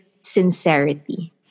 sincerity